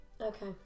Okay